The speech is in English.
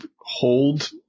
hold –